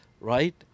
right